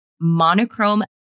monochrome